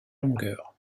longueur